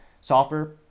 software